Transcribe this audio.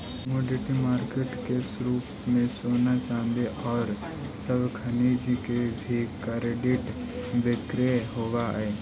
commodity market के रूप में सोना चांदी औउर सब खनिज के भी कर्रिड बिक्री होवऽ हई